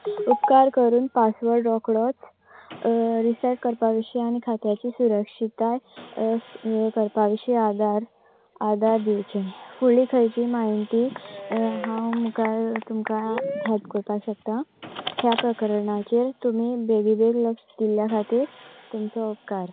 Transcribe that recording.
उपकार करून पासवर्ड रोखडोच रिसेॅट करपा विशीं आनी खात्याची सुरक्षिताय करपा विशीं आदार आदार दिवचे फुडलीं खंयची म्हायती हांव मुखार तुमकां हेॅल्प करपाक शकता ह्या प्रकरणाचेर तुमी बेगी बेग लक्ष दिल्ल्या खातीर तुमचो उपकार